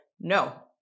No